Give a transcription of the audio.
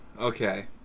Okay